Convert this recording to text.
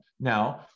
now